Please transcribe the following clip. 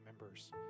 members